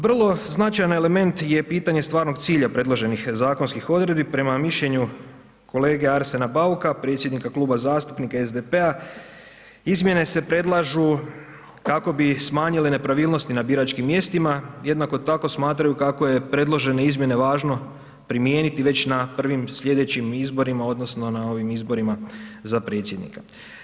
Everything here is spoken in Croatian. Vrlo značajan element je pitanje stvarnog cilja predloženih zakonskih odredbi, prema mišljenju kolege Arsena Bauka, predsjednika Kluba zastupnika SDP-a, izmjene se predlažu kako bi smanjile nepravilnosti na biračkim mjestima, jednako tako smatraju kako je predložene izmjene važno primijeniti već na prvim slijedećim izborima odnosno na ovim izborima za predsjednika.